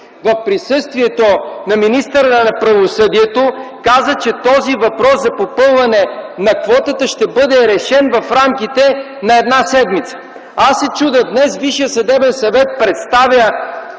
в присъствието на министъра на правосъдието, каза, че въпросът за попълване на квотата ще бъде решен в рамките на една седмица. Аз се чудя, днес Висшият съдебен съвет представя